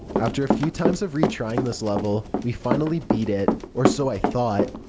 after a few times of retrying this level, we finally beat it, or so i thought.